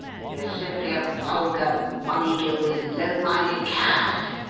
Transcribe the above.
he is simply a vulgar, money-gilded, low-minded cad,